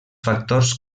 factors